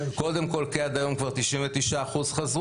קודם כל כי עד היום כבר 99% חזרו,